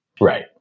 Right